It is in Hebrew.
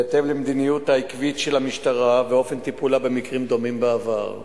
בהתאם למדיניות העקבית של המשטרה ואופן טיפולה במקרים דומים בעבר,